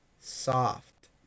soft